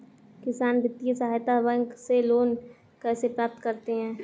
किसान वित्तीय सहायता बैंक से लोंन कैसे प्राप्त करते हैं?